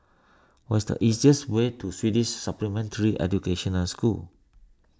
what is the easiest way to Swedish Supplementary Educational School